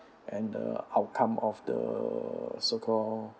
and the outcome of the so call